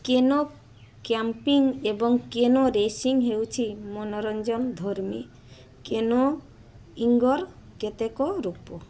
canoe camping ଏବଂ canoe racing ହେଉଛି ମନୋରଞ୍ଜନ ଧର୍ମୀ କେନୋଇଙ୍ଗର କେତେକ ରୂପ